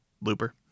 Looper